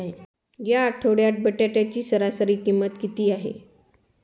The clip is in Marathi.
या आठवड्यात बटाट्याची सरासरी किंमत किती आहे?